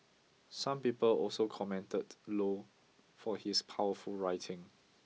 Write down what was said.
some people also commended Low for his powerful writing